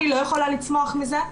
אני לא יכולה לצמוח מזה.